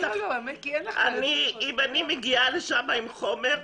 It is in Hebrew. אם אני מגיעה לשם עם חומר,